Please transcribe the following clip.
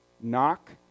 Knock